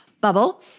bubble